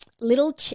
little